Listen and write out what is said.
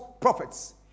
prophets